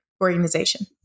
organization